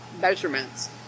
measurements